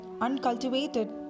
uncultivated